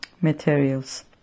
materials